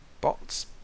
Bots